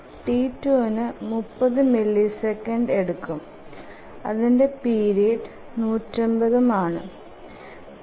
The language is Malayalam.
T2നു 30 മില്ലിസെക്കൻഡ്സ് എടുക്കും അതിന്ടെ പീരീഡ് 150ഉം ആണ്